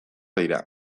dira